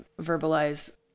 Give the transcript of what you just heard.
verbalize